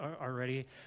already